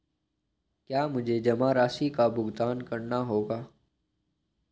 क्या मुझे जमा राशि का भुगतान करना होगा?